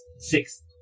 six